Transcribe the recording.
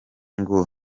ngo